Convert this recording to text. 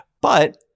But-